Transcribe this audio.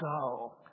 go